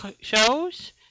shows